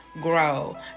grow